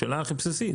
זו שאלה הכי בסיסית.